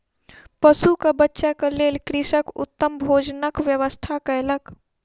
पशुक बच्चाक लेल कृषक उत्तम भोजनक व्यवस्था कयलक